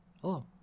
Hello